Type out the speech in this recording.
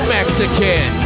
Mexican